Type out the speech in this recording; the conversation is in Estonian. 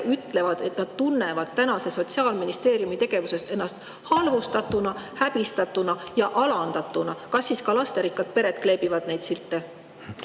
ütlevad, et nad tunnevad tänase Sotsiaalministeeriumi tegevuse tõttu ennast halvustatuna, häbistatuna ja alandatuna. Kas siis ka lasterikkad pered kleebivad neid silte?